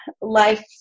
life